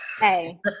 Hey